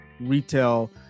retail